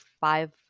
five